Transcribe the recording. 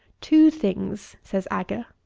two things, says agur,